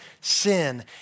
sin